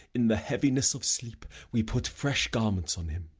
in the heaviness of sleep we put fresh garments on him.